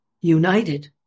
united